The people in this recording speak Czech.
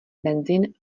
benzin